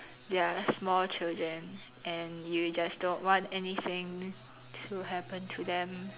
they're small children and you just don't want anything to happen to them